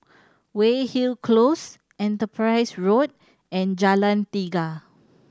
Weyhill Close Enterprise Road and Jalan Tiga